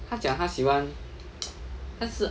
他讲他喜欢但是